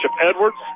Edwards